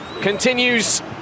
continues